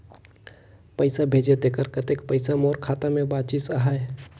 पइसा भेजे तेकर कतेक पइसा मोर खाता मे बाचिस आहाय?